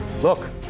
Look